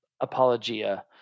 apologia